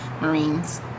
Marines